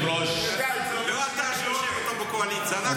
לא אתה שיושב עם הליצן הזה בממשלה.